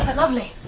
and lovely.